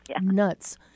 Nuts